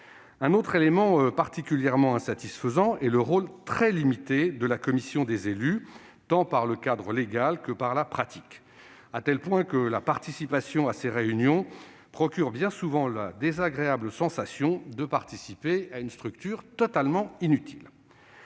Un autre élément particulièrement insatisfaisant est le rôle très limité de la commission des élus, tant par le cadre légal qu'en pratique, à tel point que la participation à ses réunions procure bien souvent le désagréable sentiment de participer à une structure totalement inutile.